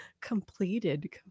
completed